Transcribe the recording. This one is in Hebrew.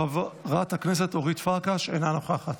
חבר הכנסת יבגני סובה, אינו נוכח,